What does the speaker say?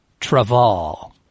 Traval